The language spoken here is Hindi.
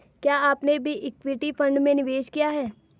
क्या आपने भी इक्विटी फ़ंड में निवेश किया है?